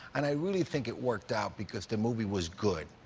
and i really think it worked out because the movie was good,